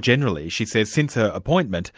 generally, she says since her appointment,